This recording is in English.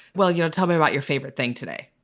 well you know tell me about your favorite thing today.